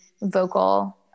vocal